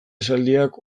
esaldiak